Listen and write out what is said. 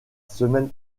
semaine